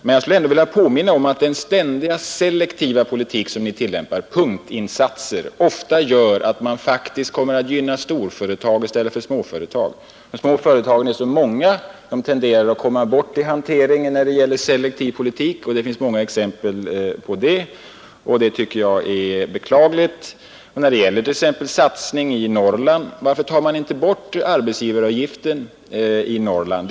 Men jag skulle ändå vilja påminna om att den ständiga, selektiva politik ni tillämpar med punktinsatser, ofta gör att man faktiskt kommer att gynna storföretag i stället för småföretag. De små företagen är så många att de tenderar att komma bort i hanteringen när det gäller selektiv politik. Det finns många exempel på det, och jag tycker det är beklagligt. När det gäller exempelvis satsning i Norrland — varför tar man inte bort arbetsgivaravgiften i Norrland?